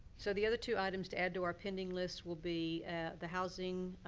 so, the other two items to add to our pending list will be the housing